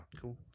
cool